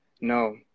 No